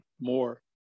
more